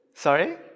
Sorry